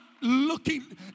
looking